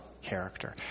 character